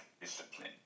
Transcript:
discipline